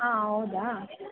ಹಾಂ ಹೌದಾ